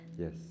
yes